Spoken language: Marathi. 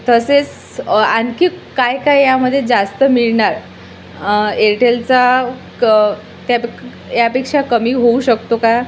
तसेच आणखी काय काय यामध्ये जास्त मिळणार एरटेलचा क त्याप यापेक्षा कमी होऊ शकतो का